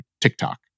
TikTok